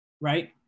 right